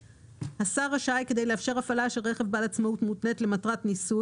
בסעיף קטן (ה), בהגדרה "דרך עירונית" ו"מדרכה",